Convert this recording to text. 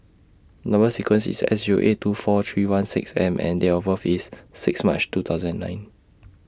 Number sequence IS S Zero eight two four three one six M and Date of birth IS six March two thousand nine